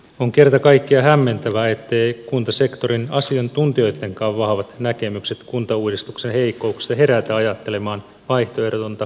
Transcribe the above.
on kerta kaikkiaan hämmentävää etteivät kuntasektorin asiantuntijoittenkaan vahvat näkemykset kuntauudistuksen heikkouksista herätä ajattelemaan vaihtoehdotonta suurkuntalinjaa